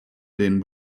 den